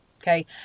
Okay